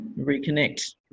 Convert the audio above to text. reconnect